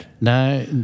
No